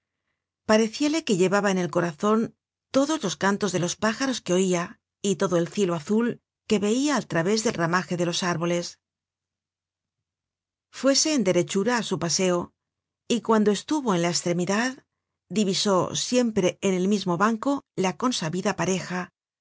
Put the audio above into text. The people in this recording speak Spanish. parecíale que llevaba en el corazon todos los cantos de los pájaros que oia y todo el cielo azul que veia al través del ramaje de los árboles fuése en derechura á su paseo y cuando estuvo en la estremidad divisó siempre en el mismo banco la consabida pareja